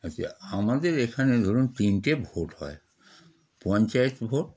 আচ্ছা আমাদের এখানে ধরুন তিনটে ভোট হয় পঞ্চায়েত ভোট